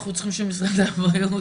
אנחנו צריכים שמשרד הבריאות...